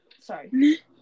sorry